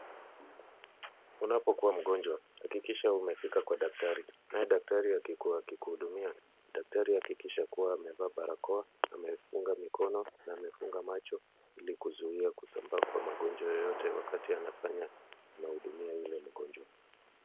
Unapokuwa mgonjwa, hakikisha umefika kwa daktari. Naye daktari akikuhudumia, daktari hakikisha kuwa amevaa barakoa, amefunga mkono na amefunga macho ili kuzuia kusambaa kwa magonjwa yoyote wakati anahudumia yule mgonjwa.